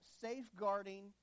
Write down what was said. safeguarding